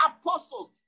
apostles